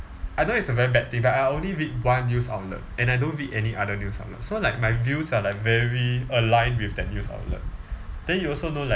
I know it's a very bad thing but I only read one news outlet and I don't read any other news outlet so like my views are like very aligned with that news outlet then you also know like